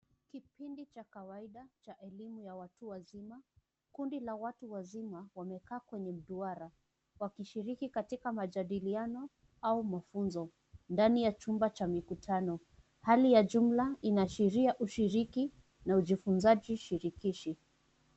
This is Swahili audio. Kipindi cha kawaida cha elimu ya watu wazima. Kundi la watu wazima wamekaa kwenye mduara wakishiriki katika majadiliani au mafunzo ndani ya chumba cha mikutano. Hali ya jumla inaashiria ushiriki na ujifunzaji shirikishi.